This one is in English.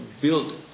build